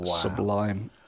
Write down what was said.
sublime